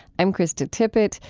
i'm krista tippett.